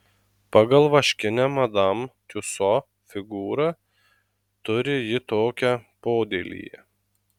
pagal vaškinę madam tiuso figūrą turi ji tokią podėlyje